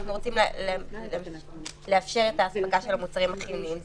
אנחנו רוצים לאפשר את האספקה של המוצרים החיוניים.